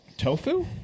Tofu